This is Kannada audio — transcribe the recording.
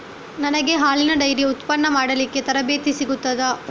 ನನಗೆ ಹಾಲಿನ ಡೈರಿ ಉತ್ಪನ್ನ ಮಾಡಲಿಕ್ಕೆ ತರಬೇತಿ ಸಿಗುತ್ತದಾ?